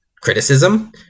criticism